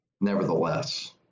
nevertheless